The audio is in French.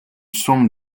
somme